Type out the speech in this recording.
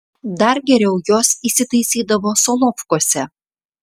dar geriau jos įsitaisydavo solovkuose